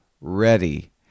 ready